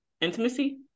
intimacy